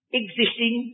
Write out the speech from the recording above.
existing